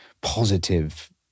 positive